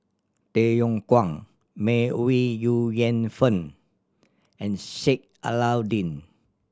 Tay Yong Kwang May Ooi Yu Fen and Sheik Alau'ddin